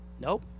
Nope